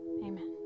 amen